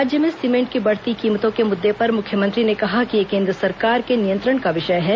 राज्य में सीमेंट की बढ़ती कीमतों के मुद्दे पर मुख्यमंत्री ने कहा कि यह केंद्र सरकार के नियंत्रण का विषय है